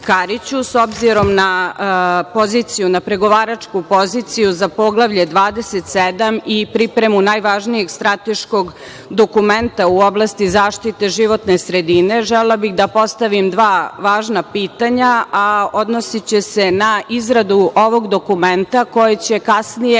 poziciju, na pregovaračku poziciju za Poglavlje 27 i pripremu najvažnijeg strateškog dokumenta u oblasti zaštite životne sredine, želela bih da postavim dva važna pitanja, a odnosiće se na izradu ovog dokumenta koji će kasnije